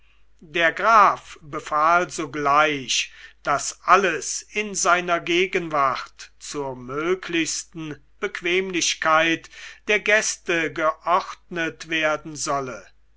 der graf befahl sogleich daß alles in seiner gegenwart zur möglichsten bequemlichkeit der gäste geordnet werden solle